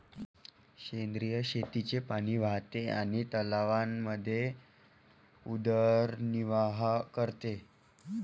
सेंद्रिय शेतीचे पाणी वाहते आणि तलावांमध्ये उदरनिर्वाह करते